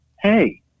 hey